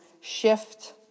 shift